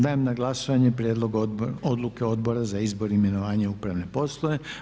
Dajem na glasovanje prijedlog Odluke Odbora za izbor, imenovanje, upravne poslove.